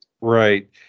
Right